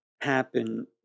happen